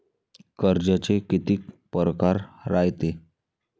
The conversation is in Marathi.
कर्जाचे कितीक परकार रायते?